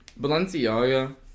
Balenciaga